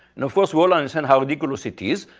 and of course, we all understand how ridiculous it is,